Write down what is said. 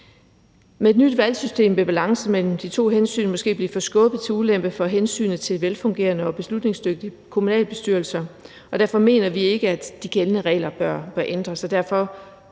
Med et nyt valgsystem vil balancen mellem de to hensyn måske blive forskubbet til ulempe for hensynet til velfungerende og beslutningsdygtige kommunalbestyrelser, og derfor mener vi ikke, at de gældende regler bør ændres.